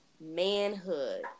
manhood